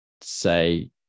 say